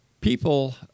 People